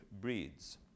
breeds